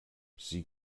sie